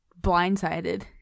blindsided